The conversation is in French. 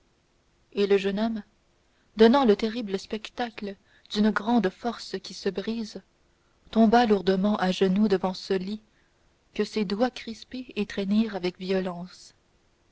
et le jeune homme donnant le terrible spectacle d'une grande force qui se brise tomba lourdement à genoux devant ce lit que ses doigts crispés étreignirent avec violence